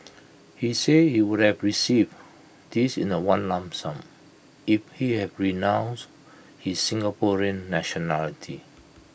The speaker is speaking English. he said he would have received this in one lump sum if he had renounced his Singaporean nationality